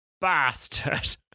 bastard